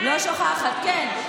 לא שוכחת, כן.